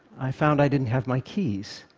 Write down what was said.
i found i didn't have my keys.